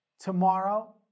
tomorrow